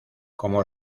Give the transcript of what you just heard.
como